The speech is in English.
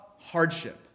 hardship